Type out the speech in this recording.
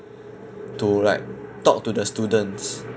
to like talk to the students